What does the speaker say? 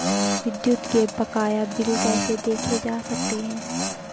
विद्युत के बकाया बिल कैसे देखे जा सकते हैं?